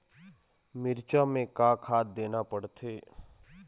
मिरचा मे का खाद देना पड़थे?